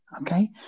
Okay